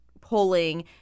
polling